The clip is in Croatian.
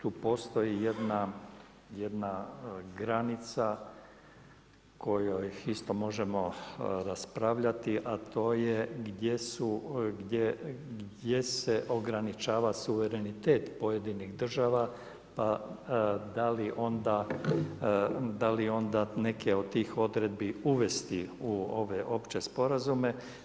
Tu bi, tu postoji jedna granica o kojoj isto možemo raspravljati a to je gdje su, gdje se ograničava suverenitet pojedinih država pa da li onda neke od tih odredbi uvesti u ove opće sporazume.